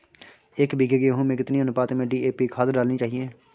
एक बीघे गेहूँ में कितनी अनुपात में डी.ए.पी खाद डालनी चाहिए?